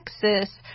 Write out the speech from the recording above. Texas